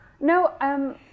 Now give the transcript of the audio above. No